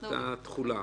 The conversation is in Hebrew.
את התחולה.